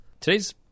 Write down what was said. Today's